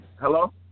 Hello